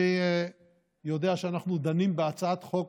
אני יודע שאנחנו דנים בהצעת חוק